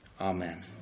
Amen